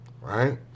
right